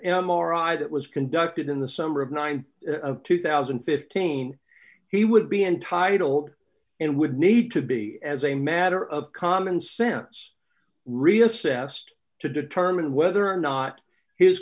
i that was conducted in the summer of ninety two thousand and fifteen he would be entitled and would need to be as a matter of common sense reassessed to determine whether or not his